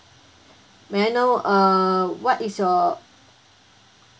may I know err what is your